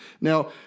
Now